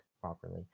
properly